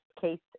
case